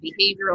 behavioral